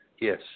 Yes